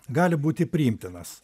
gali būti priimtinas